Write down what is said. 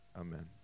Amen